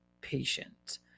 patient